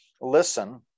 listen